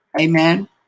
Amen